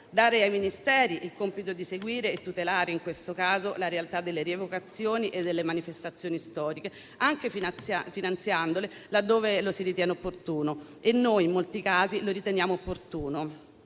dare ai Ministeri il compito di seguire e tutelare in questo caso la realtà delle rievocazioni e delle manifestazioni storiche, anche finanziandole, laddove lo si ritiene opportuno - noi in molti casi lo riteniamo opportuno